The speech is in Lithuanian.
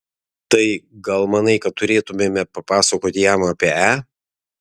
tai gal manai kad turėtumėme papasakoti jam apie e